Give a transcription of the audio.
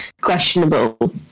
questionable